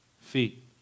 feet